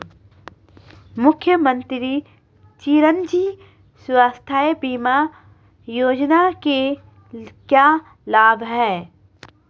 मुख्यमंत्री चिरंजी स्वास्थ्य बीमा योजना के क्या लाभ हैं?